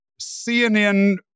CNN